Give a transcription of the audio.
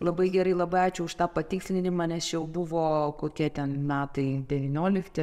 labai gerai labai ačiū už tą patikslinimą nes čia jau buvo kokie ten metai devyniolikti